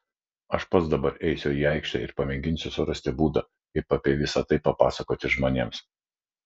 aš pats dabar eisiu į aikštę ir pamėginsiu surasti būdą kaip apie visa tai papasakoti žmonėms